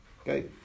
Okay